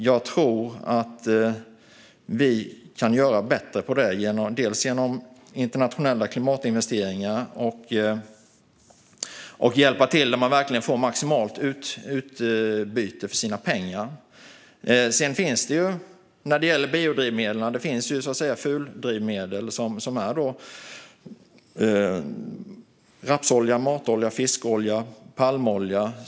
Jag tror att vi kan göra det bättre genom internationella klimatinvesteringar och genom att hjälpa till där vi verkligen får maximalt utbyte för våra pengar. När det gäller biodrivmedel finns det fuldrivmedel som rapsolja, matolja, fiskolja och palmolja.